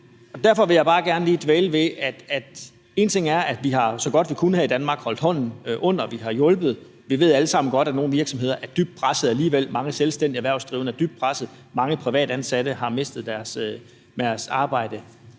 Derfor vil jeg bare gerne lige dvæle ved, at vi, så godt vi har kunnet, her i Danmark har holdt hånden under virksomheder og hjulpet dem. Vi ved alle sammen godt, at nogle virksomheder er dybt presset alligevel, at mange selvstændige erhvervsdrivende er dybt presset, og at mange privatansatte har mistet deres arbejde.